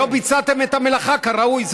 שלא ביצעתם את המלאכה כראוי.